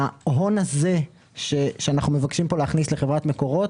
ההון שאנחנו מבקשים להכניס לחברת מקורות,